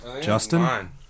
Justin